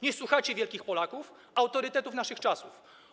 Nie słuchacie wielkich Polaków, autorytetów naszych czasów.